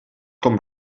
com